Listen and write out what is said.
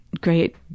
great